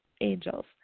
angels